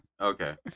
Okay